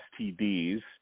STDs